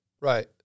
Right